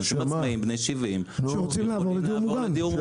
הם בני שבעים, עצמאים, שרוצים לעבור לדיור מוגן.